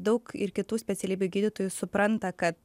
daug ir kitų specialybių gydytojų supranta kad